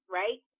right